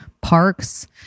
parks